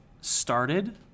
started